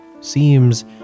seems